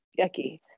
yucky